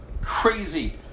crazy